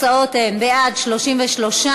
התוצאות הן: בעד, 33,